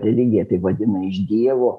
religija tai vadina iš dievo